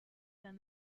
than